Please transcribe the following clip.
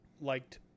liked